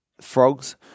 frogs